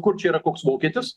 kur čia yra koks vokietis